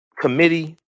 committee